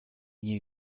new